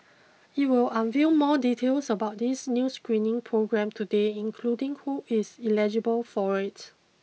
it will unveil more details about this new screening programme today including who is eligible for it